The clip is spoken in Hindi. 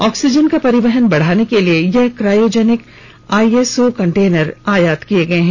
ऑक्सीजन का परिवहन बढ़ाने के लिए यह क्रायोजेनिक आईएसओ कंटेनर आयात किये गये हैं